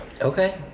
Okay